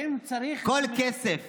כל כסף